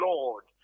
Lord